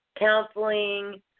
counseling